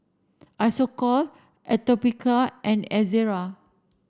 Isocal Atopiclair and Ezerra